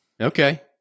Okay